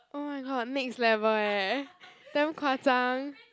oh my god next level eh damn 夸张